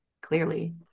clearly